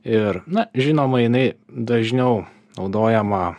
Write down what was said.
ir na žinoma jinai dažniau naudojama